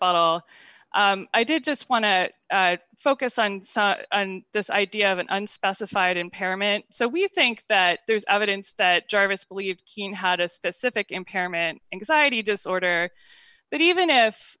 bottle i did just want to focus on this idea of an unspecified impairment so we think that there's evidence that jarvis believed keen had a specific impairment anxiety disorder but even if